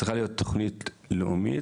צריכה להיות תוכנית לאומית,